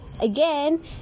again